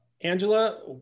Angela